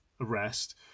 arrest